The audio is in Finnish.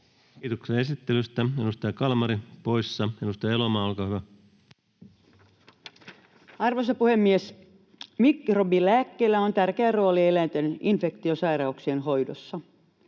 Kiitoksia esittelystä. — Edustaja Kalmari poissa. — Edustaja Elomaa, olkaa hyvä. Arvoisa puhemies! Mikrobilääkkeillä on tärkeä rooli eläinten infektiosairauksien hoidossa.